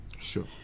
Sure